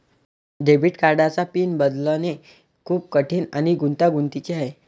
debit कार्डचा pin बदलणे खूप कठीण आणि गुंतागुंतीचे आहे